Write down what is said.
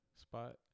spot